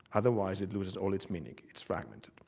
otherwise it loses all its meaning, it's fragmented.